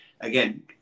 again